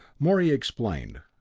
morey explained